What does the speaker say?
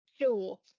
Sure